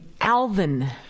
Alvin